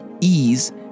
Ease